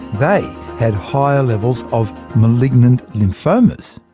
they had higher levels of malignant lymphomas.